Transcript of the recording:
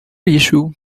issue